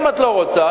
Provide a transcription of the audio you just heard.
אם את לא רוצה,